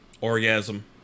orgasm